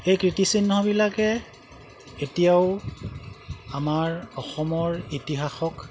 সেই কীৰ্তিচিহ্নবিলাকে এতিয়াও আমাৰ অসমৰ ইতিহাসক